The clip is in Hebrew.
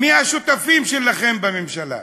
מי השותפים שלכם בממשלה?